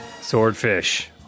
Swordfish